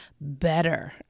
better